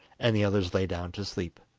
and the others lay down to sleep.